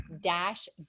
dash